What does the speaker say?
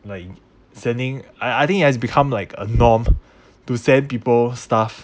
like sending I I think it has become like a norm to send people stuff